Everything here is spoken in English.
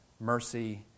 mercy